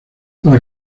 para